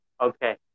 Okay